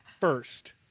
first